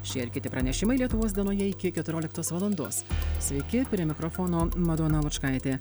šie ir kiti pranešimai lietuvos dienoje iki keturioliktos valandos sveiki prie mikrofono madona lučkaitė